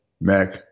Mac